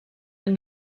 yng